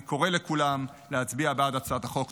אני קורא לכולם להצביע בעד הצעת החוק.